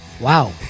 wow